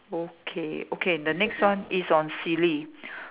okay okay the next one is on silly